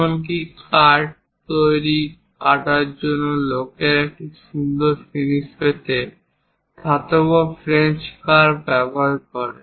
এমনকি কাঠ তৈরি এবং কাটার জন্য লোকেরা একটি সুন্দর ফিনিশ পেতে ধাতব ফ্রেঞ্চ কার্ভ ব্যবহার করে